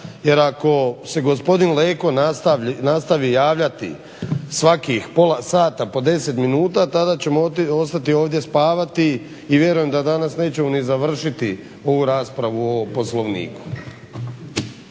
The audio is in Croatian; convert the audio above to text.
jer ako se gospodin Leko nastavi javljati svakih pola sata po 10 minuta tada ćemo ostati ovdje spavati i vjerujem da danas nećemo ni završiti ovu raspravu o Poslovniku.